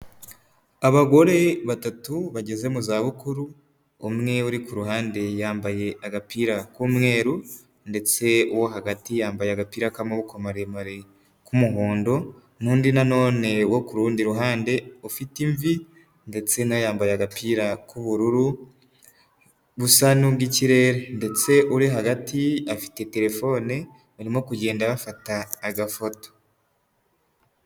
Abagore batatu bageze mu zabukuru, umwe uri ku ruhande yambaye agapira k'umweru ndetse uwo hagati yambaye agapira k'amaboko maremare k'umuhondo n'undi nanone wo ku rundi ruhande ufite imvi ndetse nawe yambaye agapira k'ubururu busa n'ubw'ikirere ndetse uri hagati afite telefone, barimo kugenda bafata agafoto.